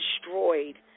destroyed